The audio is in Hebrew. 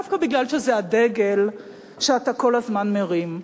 דווקא בגלל שזה הדגל שאתה כל הזמן מרים.